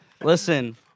Listen